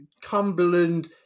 Cumberland